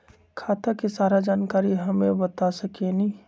खाता के सारा जानकारी हमे बता सकेनी?